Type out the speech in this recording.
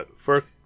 First